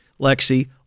Lexi